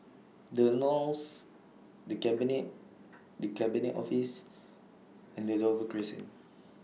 The Knolls The Cabinet The Cabinet Office and Dover Crescent